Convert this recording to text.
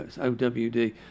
OWD